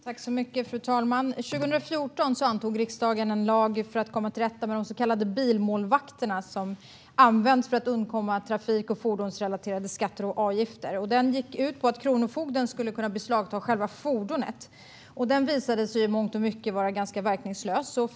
Fru talman! År 2014 antog riksdagen en lag för att komma till rätta med de så kallade bilmålvakterna. De används för att undkomma trafik och fordonsrelaterade skatter och avgifter. Den lagen gick ut på att kronofogden kan beslagta själva fordonet, och lagen visade sig i mångt och mycket vara verkningslös.